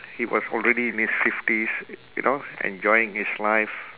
he was already in his fifties you know enjoying his life